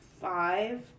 five